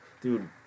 Dude